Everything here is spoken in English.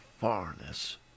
farness